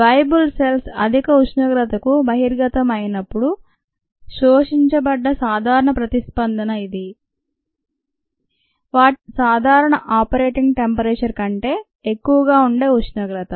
viable cells అధిక ఉష్ణోగ్రతకు బహిర్గతం అయినప్పుడు శోషించబడ్డ సాధారణ ప్రతిస్పందన ఇది వాటి సాధారణ ఆపరేటింగ్ టెంపరేచర్ కంటే ఎక్కువగా ఉండే ఉష్ణోగ్రత